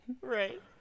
Right